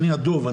אני הדוב,